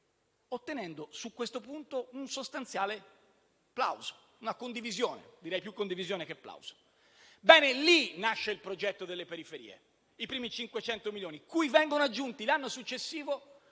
ottenendo sul punto un sostanziale plauso e una condivisione (direi più la seconda che il primo). Bene, lì nasce il progetto delle periferie, i primi 500 milioni, cui vengono aggiunti l'anno successivo